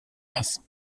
ass